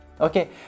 okay